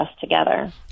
together